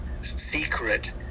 secret